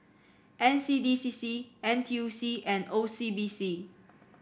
N C D C C N T U C and O C B C